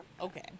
Okay